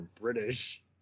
British